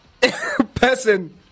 person